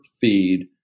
feed